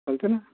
चालते न